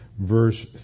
verse